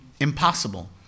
impossible